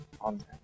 on